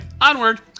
onward